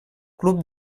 club